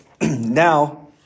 now